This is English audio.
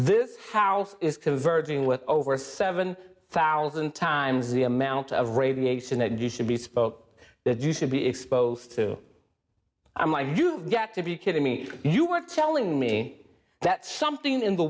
this house is converging with over seven thousand times the amount of radiation that you should be spoke that you should be exposed to i'm i you've got to be kidding me you were telling me that something in the